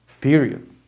period